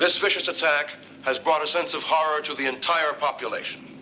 this vicious attack has brought a sense of hard to the entire population